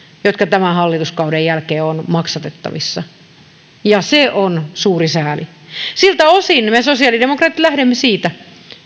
jotka tämän hallituskauden jälkeen on maksettavana ja se on suuri sääli me sosiaalidemokraatit lähdemme siitä